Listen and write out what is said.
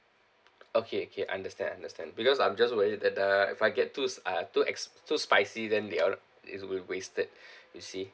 okay okay understand understand because I'm just worried that ah if I get too s~ uh too ex~ too spicy then they are it will wasted you see